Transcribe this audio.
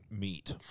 meet